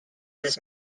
this